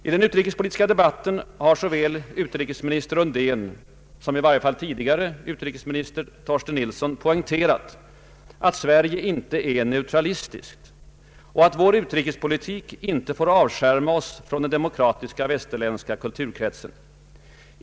I den utrikespolitiska debatten har såväl utrikesminister Undén som — i varje fall tidigare — utrikesminister Torsten Nilsson poängterat att Sverige inte är neutralistiskt och att vår utrikespolitik inte får avskärma oss från den demokratiska västerländska kulturkretsen.